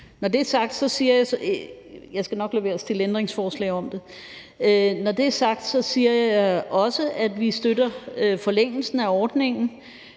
Når det er sagt, siger jeg også, at vi støtter forlængelsen af ordningen,